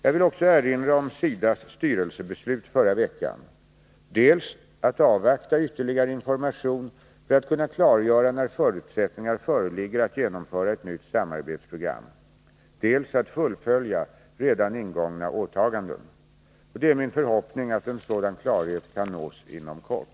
Jag vill även erinra om SIDA:s styrelsebeslut förra veckan dels att avvakta ytterligare information för att kunna klargöra när förutsättningar föreligger att genomföra ett nytt samarbetsprogram, dels att fullfölja redan ingångna åtaganden. Det är min förhoppning att sådan klarhet kan nås inom kort.